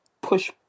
push